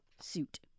suit